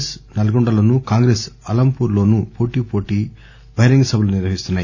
yes నల్గొండలోను Congress అలంపూర్లోను పోటాపోటీ బహిరంగ సభలు నిర్వహిస్తున్నాయి